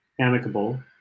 Amicable